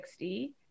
60